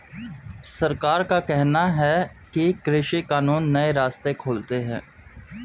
सरकार का कहना है कि कृषि कानून नए रास्ते खोलते है